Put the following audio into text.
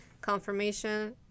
Confirmation